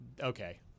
Okay